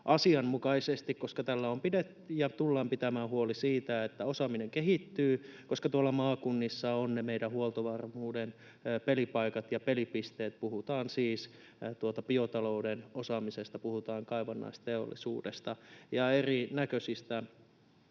koska tällä on pidetty ja tullaan pitämään huoli siitä, että osaaminen kehittyy, koska tuolla maakunnissa ovat ne meidän huoltovarmuutemme pelipaikat ja pelipisteet, puhutaan siis biotalouden osaamisesta, puhutaan kaivannaisteollisuudesta ja erinäköisistä